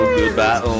goodbye